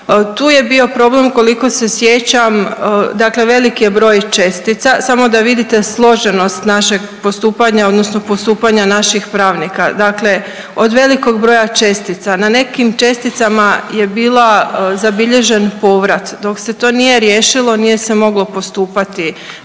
Tu je bio problem, koliko se sjećam, dakle veliki je broj čestica, samo da vidite složenost našeg postupanja odnosno postupanja naših pravnika. Dakle od velikog broja čestica, na nekim česticama je bila zabilježen povrat, dok se to nije riješilo nije se moglo postupati,